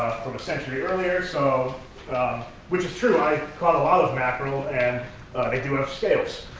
from a century earlier. so which is true. i've caught a lot of mackerel, and they do have scales.